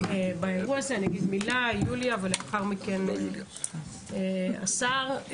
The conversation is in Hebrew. אני אגיד מילה, אחריי יוליה ולאחר מכן סגן השר.